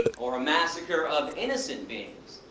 or a massacre of innocent beings?